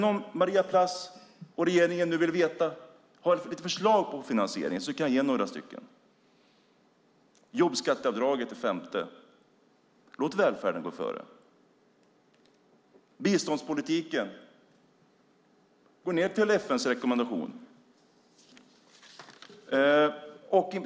Om Maria Plass och regeringen vill veta vad vi har för förslag till finansiering kan jag ge några stycken. Det femte jobbskatteavdraget - låt välfärden gå före! Biståndspolitiken - gå ned till FN:s rekommendation!